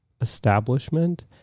establishment